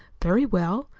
very well.